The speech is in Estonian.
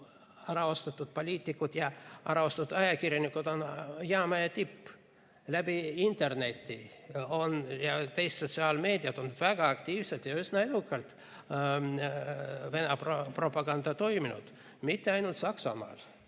äraostetud poliitikud ja äraostetud ajakirjanikud on jäämäe tipp. Läbi interneti ja teiste sotsiaalmeediakanalite kaudu on väga aktiivselt ja üsna edukalt Venemaa propaganda toiminud, ja mitte ainult Saksamaal.